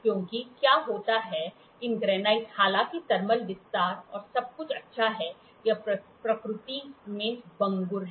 क्योंकि क्या होता है इन ग्रेनाइट हालांकि थर्मल विस्तार और सब बहुत अच्छा है यह प्रकृति में भंगुर है